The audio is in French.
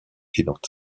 filantes